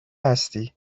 هستی